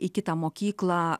į kitą mokyklą